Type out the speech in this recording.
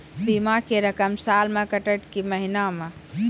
बीमा के रकम साल मे कटत कि महीना मे?